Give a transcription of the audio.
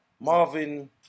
Marvin